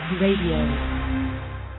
Radio